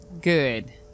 good